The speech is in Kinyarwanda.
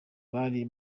bari